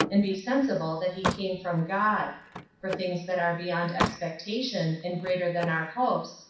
and be sensible that he came from god for things that are beyond expectation, and greater than our hopes,